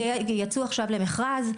יצאו עכשיו למכרז.